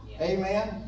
Amen